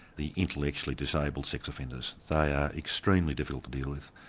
the intellectually disabled sex offenders, they are extremely difficult to deal with.